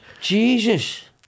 Jesus